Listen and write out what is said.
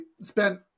spent